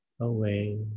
away